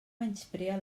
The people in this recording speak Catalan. menysprea